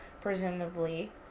presumably